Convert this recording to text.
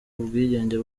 ubwigenge